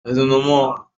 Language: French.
raisonnements